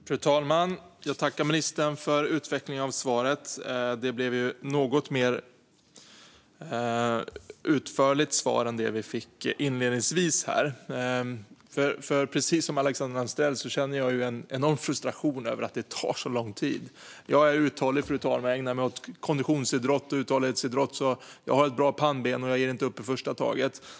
Fru talman! Jag tackar ministern för utvecklingen av svaret. Det blev ju ett något mer utförligt svar än det vi fick inledningsvis. Precis som Alexandra Anstrell känner jag en enorm frustration över att det tar så lång tid. Jag är uthållig, fru talman. Jag ägnar mig åt konditionsidrott och uthållighetsidrott, så jag har ett bra pannben och ger inte upp i första taget.